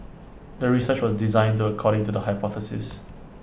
the research was designed according to the hypothesis